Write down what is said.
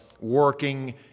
working